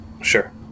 Sure